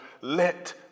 let